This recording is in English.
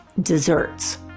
desserts